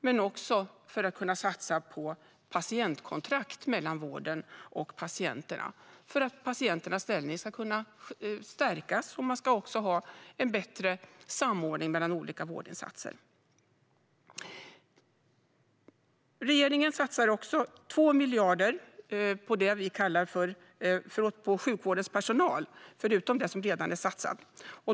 Man ska också kunna satsa på patientkontrakt mellan vården och patienterna så att patienternas ställning ska kunna stärkas, och man ska också ha en bättre samordning mellan olika vårdinsatser. Regeringen satsar också 2 miljarder på sjukvårdens personal förutom det som redan är satsat.